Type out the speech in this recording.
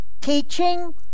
Teaching